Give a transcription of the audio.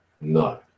no